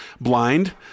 Blind